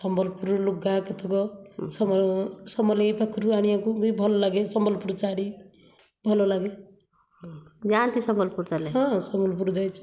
ସମ୍ବଲପୁରରୁ ଲୁଗା କେତେକ ସମ ସମଲେଇ ପାଖରୁ ଆଣିବାକୁ ବି ଭଲ ଲାଗେ ସମ୍ବଲପୁରୀ ଶାଢ଼ୀ ଭଲ ଲାଗେ ଯାଆନ୍ତି ସମ୍ବଲପୁର ତାହେଲେ ହଁ ସମ୍ବଲପୁର ଯାଇଛି